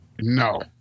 No